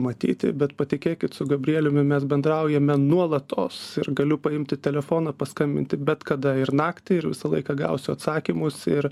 matyti bet patikėkit su gabrieliumi mes bendraujame nuolatos ir galiu paimti telefoną paskambinti bet kada ir naktį ir visą laiką gausiu atsakymus ir